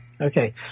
okay